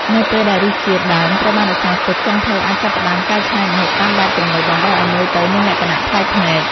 នៅពេលដែលរសជាតិដើមត្រូវបានរក្សាទុក ចុងភៅអាចចាប់ផ្តើមកែច្នៃម្ហូបតាមបែបទំនើបដើម្បីឲ្យមើលទៅមានលក្ខណៈប្លែកភ្នែក។